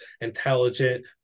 Intelligent